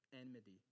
Enmity